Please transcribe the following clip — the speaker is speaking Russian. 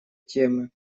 темы